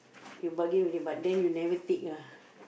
you bargain with them but then you never take lah